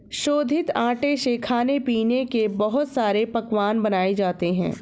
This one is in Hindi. शोधित आटे से खाने पीने के बहुत सारे पकवान बनाये जाते है